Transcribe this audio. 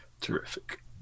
Terrific